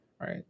right